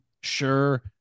sure